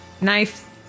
knife